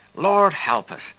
lord help us,